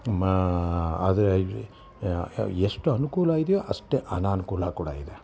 ಮಾ ಆದರೆ ಎಷ್ಟು ಅನುಕೂಲ ಇದೆಯೋ ಅಷ್ಟೇ ಅನನುಕೂಲ ಕೂಡ ಇದೆ